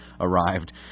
arrived